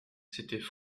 s’étaient